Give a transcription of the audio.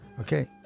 okay